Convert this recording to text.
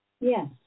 Yes